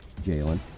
Jalen